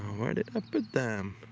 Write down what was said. where did i put them?